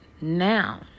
Now